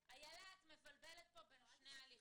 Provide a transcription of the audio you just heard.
איילה, את מבלבלת פה בין שני הליכים.